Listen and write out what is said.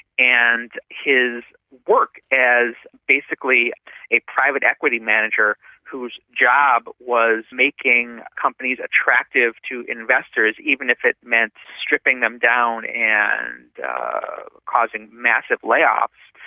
and his work, as basically a private equity manager whose job was making companies attractive to investors, even if it meant stripping them down and causing massive layoffs,